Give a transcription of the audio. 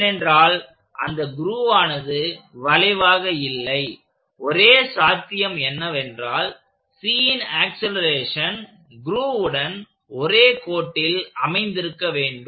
ஏனென்றல் அந்த க்ரூவானது வளைவாக இல்லை ஒரே சாத்தியம் என்னவென்றால் Cன் ஆக்சலேரேஷன் க்ரூவுடன் ஒரே கோட்டில் அமைந்திருக்க வேண்டும்